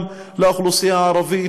גם לאוכלוסייה הערבית.